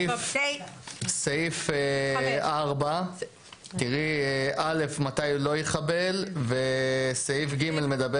סעיף 4. תראי ב-(א) מתי לא ייכבל וסעיף (ג) מדבר